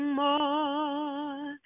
more